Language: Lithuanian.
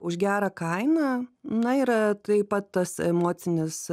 už gerą kainą na yra taip pat tas emocinis